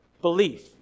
belief